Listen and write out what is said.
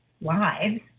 lives